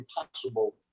impossible